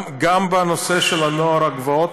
גם בנושא של נוער הגבעות,